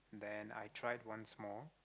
then I tried once more